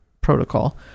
protocol